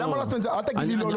אל תגיד לי לא.